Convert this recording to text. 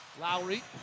Lowry